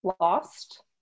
Lost